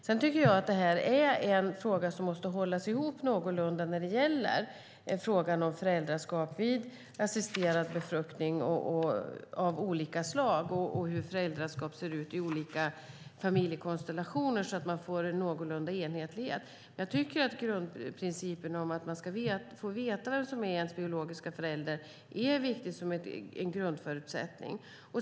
Sedan tycker jag att det här är en fråga som måste hållas ihop någorlunda när det gäller föräldraskap vid assisterad befruktning av olika slag och hur föräldraskapet ser ut i olika familjekonstellationer så att man får en någorlunda enhetlighet. Jag tycker att principen om att man ska få veta vem som är ens biologiska förälder är viktig som en grundförutsättning.